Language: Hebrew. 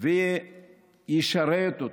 והוא ישרת אותם.